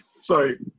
Sorry